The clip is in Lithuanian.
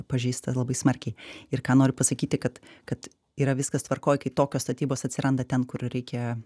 pažeista labai smarkiai ir ką noriu pasakyti kad kad yra viskas tvarkoj kai tokios statybos atsiranda ten kur ir reikia